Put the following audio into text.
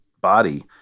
body